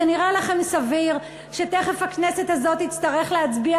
זה נראה לכם סביר שתכף הכנסת הזאת תצטרך להצביע,